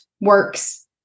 works